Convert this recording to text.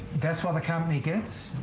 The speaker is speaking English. does what the company gets?